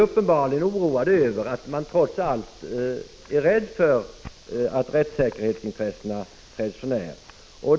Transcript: Uppenbarligen är man orolig för att rättssäkerhetsintressena trots allt träds för när.